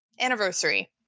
anniversary